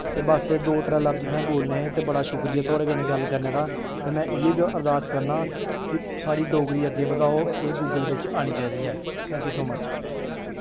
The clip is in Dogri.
ते बस एह् दो त्रै लफ्ज तुसें बोलने हे ते बड़ा शुक्रिया थुआढ़े कन्नै गल्ल करने दा ते में इ'यै अरदास करना कि साढ़ी डोगरी अग्गें बधाओ एह् गूगल बिच आनी चाहिदी ऐ थैंक यू सो मच